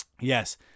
yes